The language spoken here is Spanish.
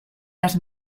las